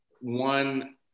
one